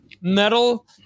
metal